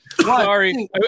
Sorry